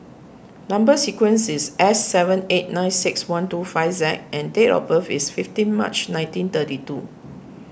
Number Sequence is S seven eight nine six one two five Z and date of birth is fifteen March nineteen thirty two